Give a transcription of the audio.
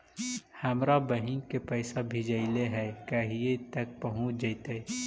हमरा बहिन के पैसा भेजेलियै है कहिया तक पहुँच जैतै?